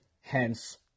Hence